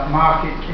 market